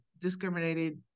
discriminated